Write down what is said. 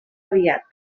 aviat